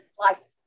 life